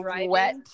wet